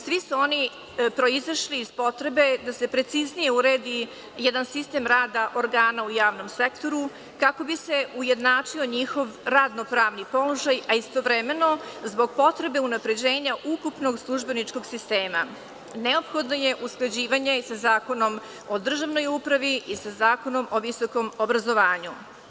Svi su oni proizašli iz potrebe da se preciznije uredi jedan sistem rada organa u javnom sektoru kako bi se ujednačio njihov radnopravni položaj, a istovremeno zbog potrebe unapređenja ukupnog službeničkog sistema neophodno je usklađivanje sa Zakonom o državnoj upravi i sa Zakonom o visokom obrazovanju.